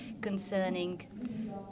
concerning